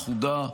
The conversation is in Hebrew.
אחודה,